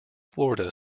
florida